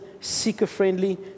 seeker-friendly